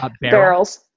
Barrels